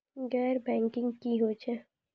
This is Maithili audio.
गैर बैंकिंग की होय छै?